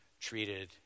treated